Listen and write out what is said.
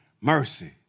mercy